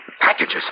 Packages